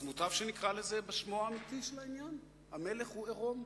מוטב שנקרא לזה בשמו האמיתי של העניין: המלך הוא עירום.